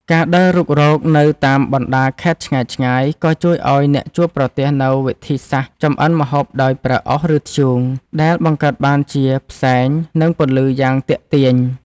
ការដើររុករកនៅតាមបណ្ដាខេត្តឆ្ងាយៗ ក៏ជួយឱ្យអ្នកជួបប្រទះនូវវិធីសាស្ត្រចម្អិនម្ហូបដោយប្រើអុស ឬធ្យូង ដែលបង្កើតបានជាផ្សែង និងពន្លឺយ៉ាងទាក់ទាញ។